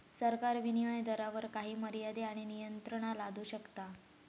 सरकार विनीमय दरावर काही मर्यादे आणि नियंत्रणा लादू शकता